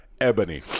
Ebony